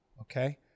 Okay